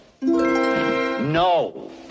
No